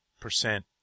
percent